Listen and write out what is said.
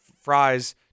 fries